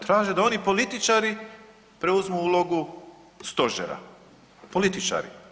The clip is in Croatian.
Traže da oni političari preuzmu ulogu stožera, političari.